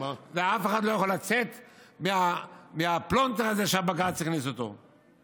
ואף אחד לא יכול לצאת מהפלונטר הזה שבג"ץ הכניס אותו אליו.